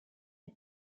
est